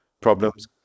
problems